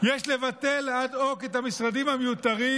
יש לבטל אד-הוק את המשרדים המיותרים,